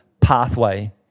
pathway